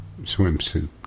swimsuit